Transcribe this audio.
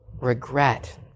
regret